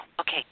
Okay